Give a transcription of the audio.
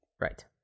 Right